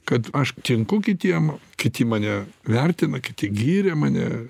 kad aš tinku kitiem kiti mane vertina kiti gyrė mane